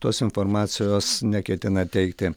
tos informacijos neketina teikti